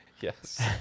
Yes